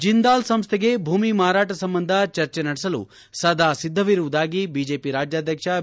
ಜಿಂದಾಲ್ ಸಂಸ್ಥೆಗೆ ಭೂಮಿ ಮಾರಾಟ ಸಂಬಂಧ ಚರ್ಚೆ ನಡೆಸಲು ಸದಾ ಸಿದ್ದನಿರುವುದಾಗಿ ಬಿಜೆಪಿ ರಾಜ್ಯಾಧ್ಯಕ್ಷ ಬಿ